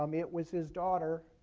um it was his daughter,